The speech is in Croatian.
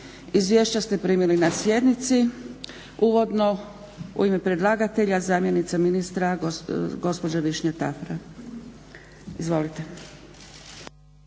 tijela primili ste na sjednici. Uvodno u ime predlagatelja zamjenica ministra gospođa Višnja Tafra. Izvolite.